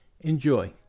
Enjoy